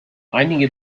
einige